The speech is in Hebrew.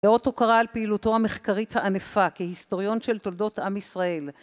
באות הוקרה על פעילותו המחקרית הענפה כהיסטוריון של תולדות עם ישראל